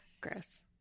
gross